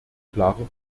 klare